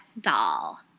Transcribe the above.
doll